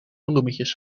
bloemetjes